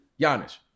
Giannis